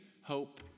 hope